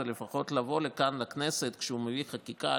לפחות לבוא לכאן לכנסת כשהוא מביא חקיקה,